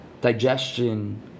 digestion